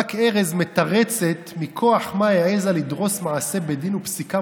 ברק ארז מתרצת מכוח מה העזה לדרוס מעשה בדין ופסיקה